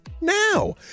now